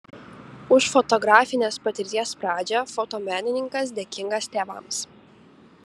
už fotografinės patirties pradžią fotomenininkas dėkingas tėvams